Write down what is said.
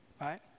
Right